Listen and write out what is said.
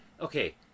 okay